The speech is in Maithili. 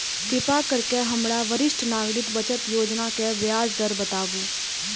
कृपा करके हमरा वरिष्ठ नागरिक बचत योजना के ब्याज दर बताबू